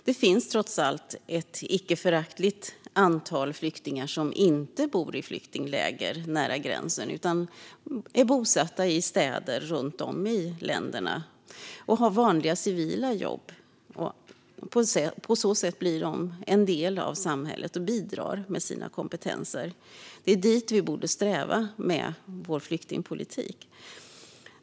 Det finns trots allt ett icke föraktligt antal flyktingar som inte bor i flyktingläger nära gränsen utan är bosatta i städer runt om i länderna och har vanliga civila jobb. På så sätt blir de en del av samhället och bidrar med sina kompetenser. Det är dit vi borde sträva med vår flyktingpolitik.